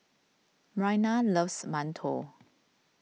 Myrna loves Mantou